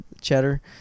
Cheddar